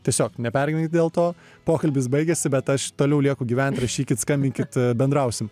tiesiog nepergyvenkit dėl to pokalbis baigėsi bet aš toliau lieku gyvent rašykit skambinkit bendrausim